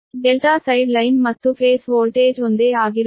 delta side line ಮತ್ತು phase voltage ಒಂದೇ ಆಗಿರುತ್ತದೆ